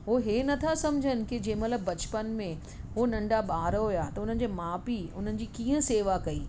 उहे हीअं नथा सम्झनि के जंहिं महिल बचपन में हू नंढा ॿार हुआ त हुननि जे माउ पीउ उन्हनि जी कीअं सेवा कई